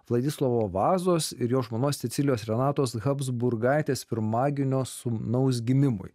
vladislovo vazos ir jo žmonos cecilijos renatos habsburgas pirmagimio sūnaus gimimui